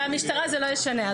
למשטרה זה לא ישנה.